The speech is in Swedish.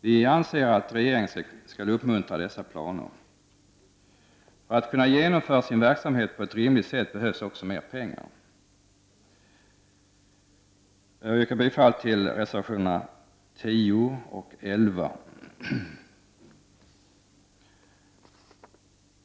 Vi anser att regeringen skall uppmuntra dessa planer. För att museet skall kunna genomföra sin verksamhet på ett rimligt sätt behövs också mer pengar. Jag yrkar bifall till reservationerna 10 och 11.